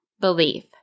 belief